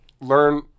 learn